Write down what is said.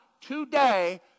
today